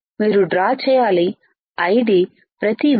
మీరు డ్రా చేయాలి ID ప్రతి VGS